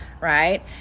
Right